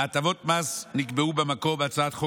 הטבות המס האמורות נקבעו במקור בהצעת החוק